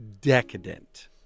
decadent